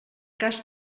cas